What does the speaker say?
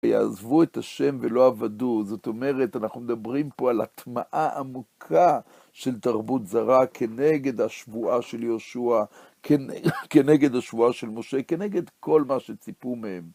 ויעזבו את השם ולא עבדוהו. זאת אומרת, אנחנו מדברים פה על הטמעה עמוקה של תרבות זרה כנגד השבועה של יהושע, כנגד השבועה של משה, כנגד כל מה שציפו מהם.